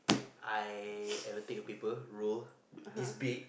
I I will take a paper roll this big